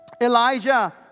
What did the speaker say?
Elijah